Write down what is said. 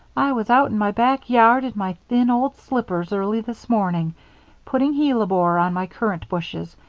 i was out in my back yard in my thin old slippers early this morning putting hellebore on my currant bushes,